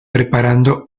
preparando